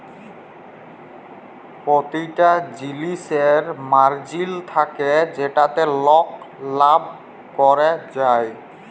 পতিটা জিলিসের মার্জিল থ্যাকে যেটতে লক লাভ ক্যরে যায়